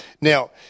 Now